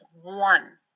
one